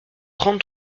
trente